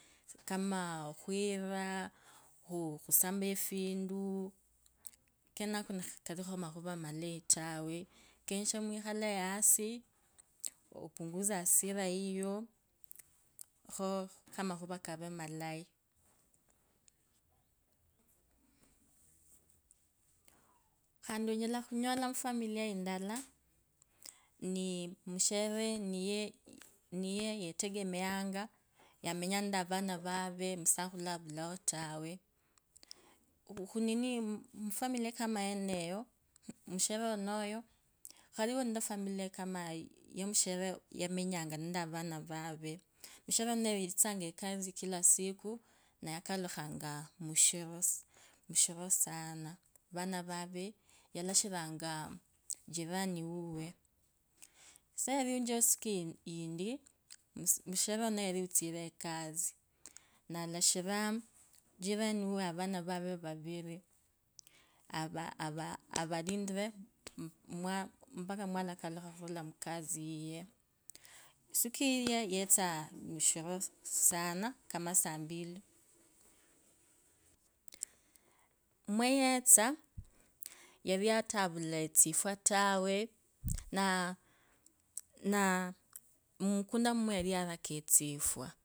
Kama khura, khusamaba efindu kenako shikalikekho mokhura malayi tawi kenyeshe yosi opunguse asira yiyo khamakhura kawe malayi khandi onyesa khunyola mufalia indila mushere niye niyetegemee onga yemenyanga nende arane yave, musakhulu avulaa tawe khunini mmh, mufamila kama yeneyo, mushere wenayo, khwalo nende familia kama ye. Yamushere yamenyanga nende avano ave. Omushere wenoyo, yatsisanga ekasi kila siku, nayalukhanga mushiro sana vave garashiranga jirani wiwe sa yarichiro isiku indi, mushere unoyo yaliutaire ekasi, nalashira jirani uwe avana ave vaviri avaava. avarindra mpaka mwalakaluha khuraa khukasi yiye isiku iyo yetso mushiro sana kama saa mbili iwayetsa yari ata yari avula etsifwa tawe na namukunda mumwe yariyaraka etsifwa.